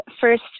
first